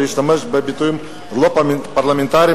להשתמש בביטויים לא פרלמנטריים,